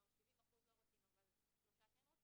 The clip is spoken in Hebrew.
שרק בגלל ש-3 ילדים רוצים,